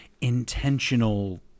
intentional